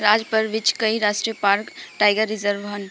ਰਾਜ ਭਰ ਵਿੱਚ ਕਈ ਰਾਸ਼ਟਰੀ ਪਾਰਕ ਟਾਈਗਰ ਰਿਜ਼ਰਵ ਹਨ